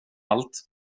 allt